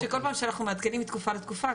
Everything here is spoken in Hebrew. שכל פעם אנחנו מעדכנים מתקופה לתקופה,